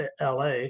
LA